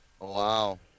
Wow